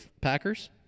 Packers